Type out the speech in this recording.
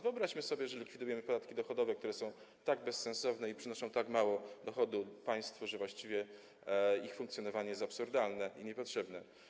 Wyobraźmy sobie, że likwidujemy podatki dochodowe, które są tak bezsensowne i przynoszą tak mało dochodu państwu, że właściwie ich funkcjonowanie jest absurdalne i niepotrzebne.